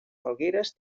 falgueres